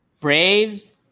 Braves